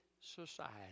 society